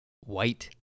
white